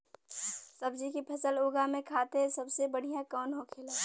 सब्जी की फसल उगा में खाते सबसे बढ़ियां कौन होखेला?